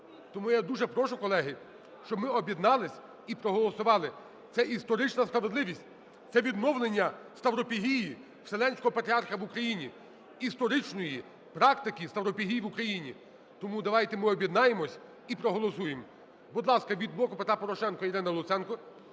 Тому я дуже прошу, колеги, щоб ми об'єднались і проголосували. Це історична справедливість, це відновлення ставропігії Вселенського Патріарха в Україні, історичної практики ставропігії в Україні. Тому давайте ми об'єднаємось і проголосуємо. Будь ласка, від "Блоку Петра Порошенка" Ірина Луценко.